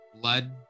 blood